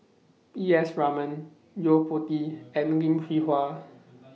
E S Raman Yo Po Tee and Lim Hwee Hua